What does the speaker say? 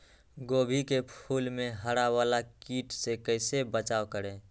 गोभी के फूल मे हरा वाला कीट से कैसे बचाब करें?